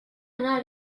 anar